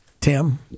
Tim